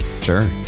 Sure